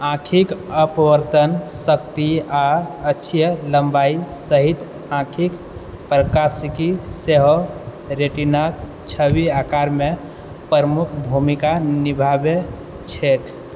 आँखिके अपवर्तन शक्ति आ अक्षीय लंबाई सहित आँखिके प्रकाशिकी सेहो रेटिनाक छवि आकारमे प्रमुख भूमिका निभाबै छैक